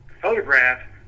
photograph